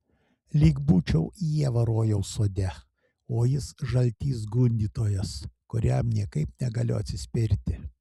lyg būčiau ieva rojaus sode o jis žaltys gundytojas kuriam niekaip negaliu atsispirti